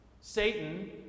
Satan